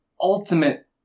ultimate